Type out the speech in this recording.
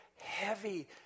heavy